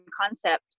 concept